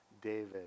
David